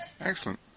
Excellent